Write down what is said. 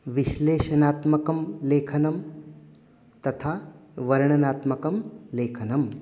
विश्लेषणात्मकं लेखनं तथा वर्णनात्मकं लेखनम्